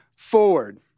forward